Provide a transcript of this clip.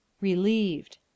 Relieved